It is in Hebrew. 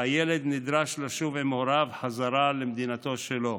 והילד נדרש לשוב עם הוריו חזרה למדינתו שלו.